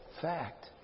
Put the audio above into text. fact